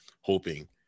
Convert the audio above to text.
hoping